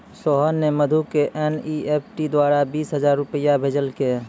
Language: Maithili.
सोहन ने मधु क एन.ई.एफ.टी द्वारा बीस हजार रूपया भेजलकय